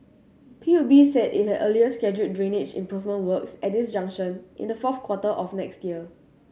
P U B said it had earlier scheduled drainage improvement works at this junction in the fourth quarter of next year